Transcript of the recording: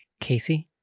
Casey